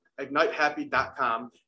ignitehappy.com